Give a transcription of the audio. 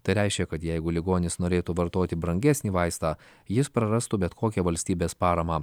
tai reiškia kad jeigu ligonis norėtų vartoti brangesnį vaistą jis prarastų bet kokią valstybės paramą